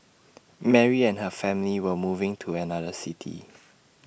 Mary and her family were moving to another city